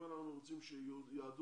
אם אנחנו רוצים שיהודים